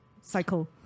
cycle